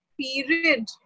period